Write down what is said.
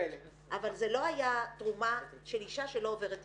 אבל זו לא הייתה תרומה של אישה שלא עוברת טיפולים,